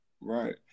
Right